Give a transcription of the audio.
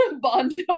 bond